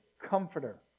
comforter